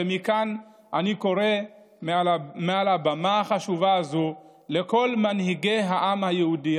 ומכאן אני קורא מעל הבמה החשובה הזאת לכל מנהיגי העם היהודי,